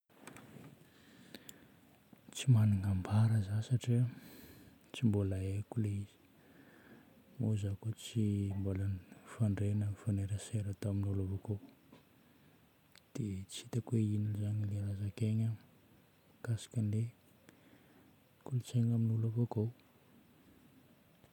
Tsy magnana ambara za satria tsy mbola haiko ilay izy. Moa zaho koa tsy mbola nifandray na nifanerasera tamin'olo avy akao. Dia tsy hitako zagny ilay raha zakaina mikasika an'ilay kolontsainan'olo avy akao.